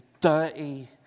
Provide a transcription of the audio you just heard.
dirty